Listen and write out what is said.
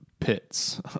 pits